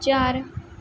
चार